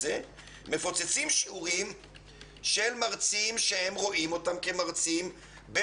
של מרצים שהם רואים אותם כמרצים "מוטים לשמאל",